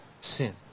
sin